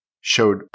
showed